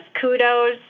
kudos